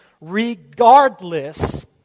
regardless